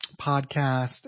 podcast